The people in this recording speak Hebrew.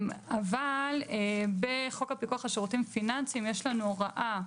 אבל בחוק הפיקוח על שירותים פיננסיים יש לנו הוראה,